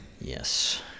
Yes